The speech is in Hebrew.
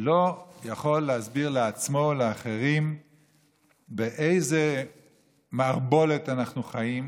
לא יכול להסביר לעצמו ולאחרים באיזו מערבולת אנחנו חיים,